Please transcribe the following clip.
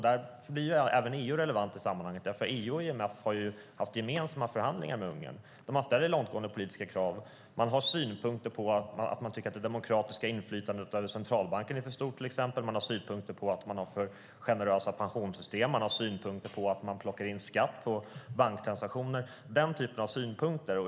Då blir även EU relevant i sammanhanget eftersom EU och IMF har fört gemensamma förhandlingar med Ungern där man ställer långtgående politiska krav. Man tycker till exempel att det demokratiska inflytandet över centralbanken är för stort. Man har synpunkter att de har för generösa pensionssystem. Man har synpunkter på att de plockar in skatt på banktransaktioner. Det handlar om den typen av synpunkter.